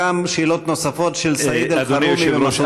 שאלות נוספות של סעיד אלחרומי ומסעוד גנאים.